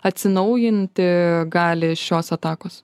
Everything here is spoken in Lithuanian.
atsinaujinti gali šios atakos